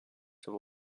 civil